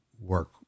work